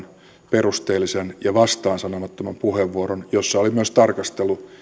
perusteellisen ja vastaansanomattoman puheenvuoron jossa oli myös tarkastelu